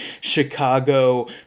Chicago